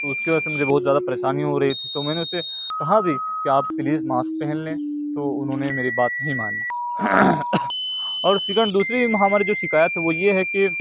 اس کی وجہ سے مجھے بہت زیادہ پریشانی ہو رہی تھی تو میں نے اس سے کہا بھی کہ آپ پلیز ماسک پہن لیں تو انہوں نے میری بات نہیں مانی اور سیکنڈ دوسری ہماری جو شکایت ہے وہ یہ ہے کہ